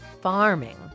Farming